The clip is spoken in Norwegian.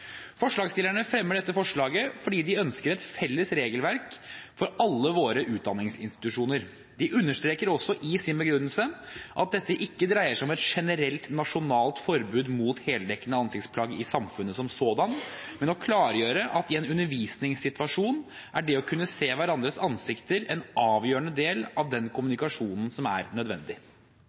Forslagsstillerne fremmer dette forslaget fordi de ønsker et felles regelverk for alle våre utdanningsinstitusjoner. De understreker også i sin begrunnelse at dette ikke dreier seg om et generelt nasjonalt forbud mot heldekkende ansiktsplagg i samfunnet som sådant, men om å klargjøre at i en undervisningssituasjon er det å kunne se hverandres ansikt en avgjørende del av den kommunikasjonen som er nødvendig.